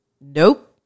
Nope